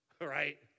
right